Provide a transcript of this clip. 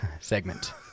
segment